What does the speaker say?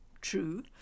true